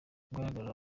guhagarara